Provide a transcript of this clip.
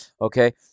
okay